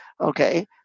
Okay